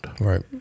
Right